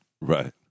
Right